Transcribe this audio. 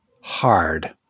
hard